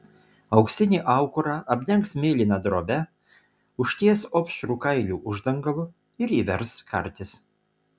auksinį aukurą apdengs mėlyna drobe užties opšrų kailių uždangalu ir įvers kartis